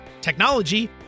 technology